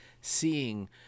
seeing –